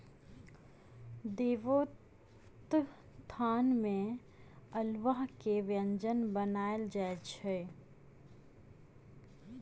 देवोत्थान में अल्हुआ के व्यंजन बनायल जाइत अछि